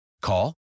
Call